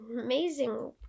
amazing